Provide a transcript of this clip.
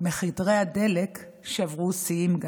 גם מחירי הדלק שברו שיאים,